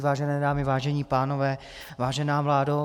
Vážené dámy, vážení pánové, vážená vládo.